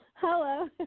Hello